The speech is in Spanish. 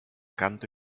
canto